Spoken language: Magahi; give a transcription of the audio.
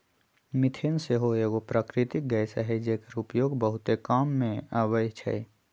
मिथेन सेहो एगो प्राकृतिक गैस हई जेकर उपयोग बहुते काम मे अबइ छइ